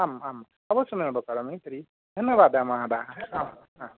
आम् आम् अवश्यमेव करोमि तर्हि धन्यवादः महाभागा